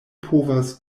povas